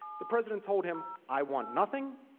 the president told him i want nothing,